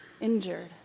injured